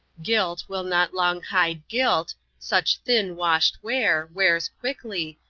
gilt will not long hide guilt, such thin washed ware wears quickly,